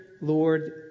Lord